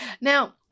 Now